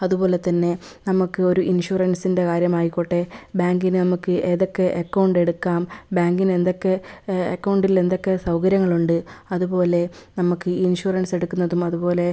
അതുപോലെതന്നെ നമുക്ക് ഒരു ഇൻഷുറൻസിൻ്റെ കാര്യമായിക്കോട്ടെ ബാങ്കിന് നമുക്ക് ഏതൊക്കെ എക്കൗണ്ട് എടുക്കാം ബാങ്കിന് എന്തൊക്കെ എക്കൗണ്ടിൽ എന്തൊക്കെ സൗകര്യങ്ങൾ ഉണ്ട് അതുപോലെ നമുക്ക് ഇൻഷുറൻസ് എടുക്കുന്നതും അതുപോലെ